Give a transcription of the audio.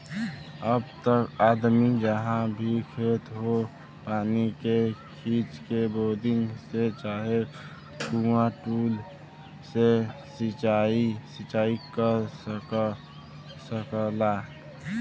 अब त आदमी जहाँ भी खेत हौ पानी के खींच के, बोरिंग से चाहे कुंआ टूल्लू से सिंचाई कर सकला